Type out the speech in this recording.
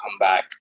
comeback